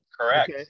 Correct